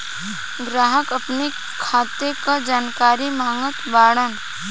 ग्राहक अपने खाते का जानकारी मागत बाणन?